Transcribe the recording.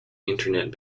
internet